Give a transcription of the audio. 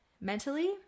mentally